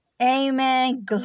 Amen